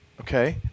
Okay